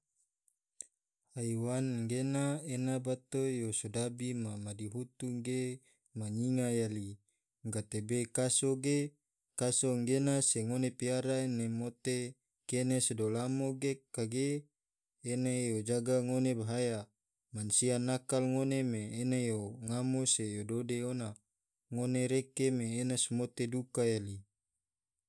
Haiwan gena ena yo sodabi ena ma madihutu ge manyinga yali gatebe kaso ge, kaso anggena se ngone piara mote kene sado lamo ge kage, ene yo jaga ngom bahaya mansia nakal ngone me ene yo ngamo se yo dode ona, ngone reke me ene so mote duka yali.